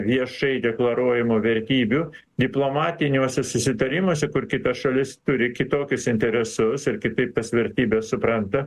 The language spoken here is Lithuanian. viešai deklaruojamų vertybių diplomatiniuose susitarimuose kur kita šalis turi kitokius interesus ir kitaip tas vertybes supranta